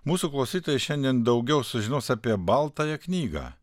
mūsų klausytojai šiandien daugiau sužinos apie baltąją knygą